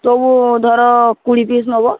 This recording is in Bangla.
তবুও ধরো কুড়ি পিস নেবো